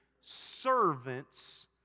servants